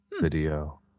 Video